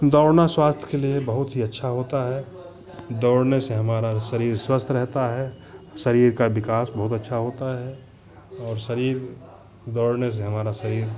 दौड़ना स्वास्थ्य के लिए बहुत ही अच्छा होता है दौड़ने से हमारा शरीर स्वस्थ रहता है शरीर का विकास बहुत अच्छा होता है और शरीर दौड़ने से हमारा शरीर